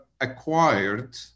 acquired